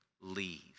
leave